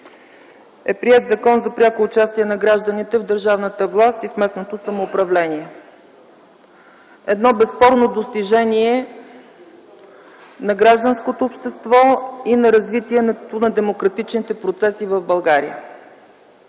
е приет Законът0 за пряко участие на гражданите в държавната власт и местното самоуправление – едно безспорно достижение на гражданското общество и на развитието на демократичните процеси в България.